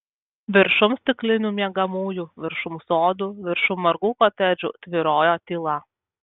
viršum stiklinių miegamųjų viršum sodų viršum margų kotedžų tvyrojo tyla